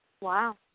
Wow